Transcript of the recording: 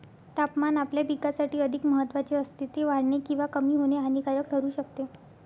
तापमान आपल्या पिकासाठी अधिक महत्त्वाचे असते, ते वाढणे किंवा कमी होणे हानिकारक ठरू शकते